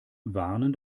warnen